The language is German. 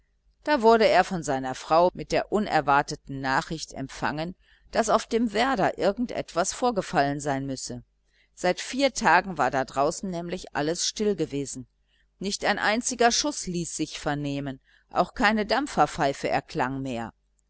da wurde er von seiner frau mit der unerwarteten nachricht empfangen daß auf dem werder irgend etwas vorgefallen sein müsse seit vier tagen war da draußen nämlich alles still gewesen nicht ein einziger schuß ließ sich vernehmen auch keine dampferpfeife erklang mehr